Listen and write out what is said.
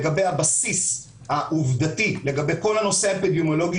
לגבי הבסיס העובדתי בכל נושא האפידמיולוגי